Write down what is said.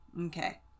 Okay